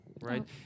Right